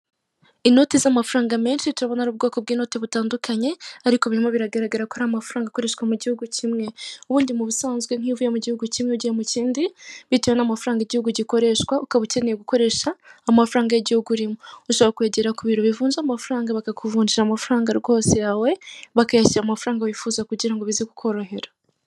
Inoti z'amafaranga menshi turabona ari ubwoko bw'inoto butandukanye, ariko birimo biragaragara ko ari amafaranga akoreshwa mu gihugu kimwe. Ubundi mu busanzwe iyo uvuye mu gihugu kimwe ujya mu kindi bitewe n'amafaranga igihugu gikoresha, ukaba ukeneye gukoresha amafaranga y'igihugu urimo ushobora kugera ku biro bivunja amafaranga bakakuvunjira amafaranga rwose yawe bakayashyira mu mafaranga wifuza kugira bize kukorohera.